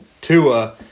Tua